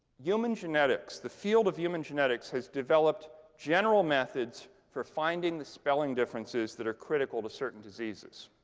human genetics the field of human genetics has developed general methods for finding the spelling differences that are critical to certain diseases.